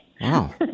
Wow